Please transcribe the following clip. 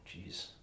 jeez